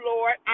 Lord